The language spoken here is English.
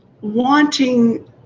wanting